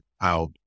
out